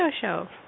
Show